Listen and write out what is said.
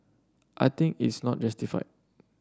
I think is not justified